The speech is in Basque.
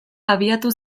abiatu